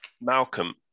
Malcolm